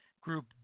Group